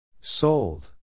Sold